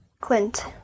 Clint